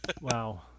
Wow